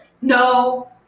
No